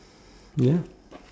ya